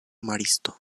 maristo